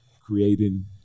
creating